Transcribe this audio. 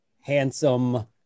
handsome